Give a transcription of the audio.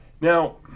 Now